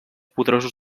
poderosos